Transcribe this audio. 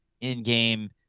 in-game